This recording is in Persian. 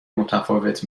متفاوت